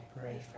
pray